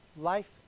life